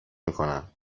میکنم